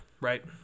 right